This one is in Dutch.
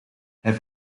hij